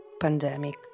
pandemic